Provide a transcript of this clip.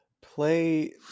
play